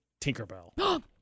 Tinkerbell